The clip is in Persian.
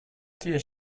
توی